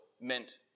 meant